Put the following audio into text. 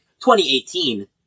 2018